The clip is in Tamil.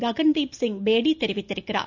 ககன்தீப் சிங் பேடி தெரிவித்துள்ளார்